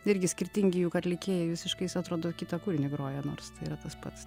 irgi skirtingi juk atlikėjai visiškais atrodo kitą kūrinį groja nors tai yra tas pats